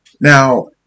Now